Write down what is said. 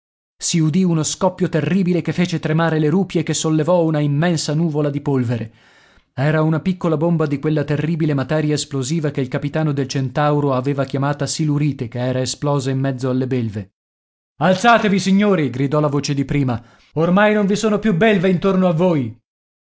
udì uno scoppio terribile che fece tremare le rupi e che sollevò una immensa nuvola di polvere era una piccola bomba di quella terribile materia esplosiva che il capitano del centauro aveva chiamata silurite che era esplosa in mezzo alle belve alzatevi signori gridò la voce di prima ormai non vi sono più belve intorno a voi